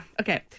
Okay